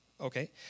Okay